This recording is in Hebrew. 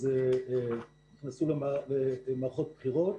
יצאו למערכות בחירות.